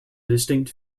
distinct